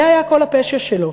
זה היה כל הפשע שלו.